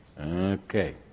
Okay